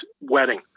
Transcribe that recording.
wedding